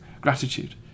gratitude